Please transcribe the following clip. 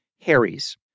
Harry's